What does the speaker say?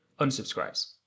unsubscribes